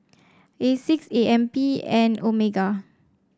Asics A M P and Omega